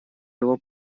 его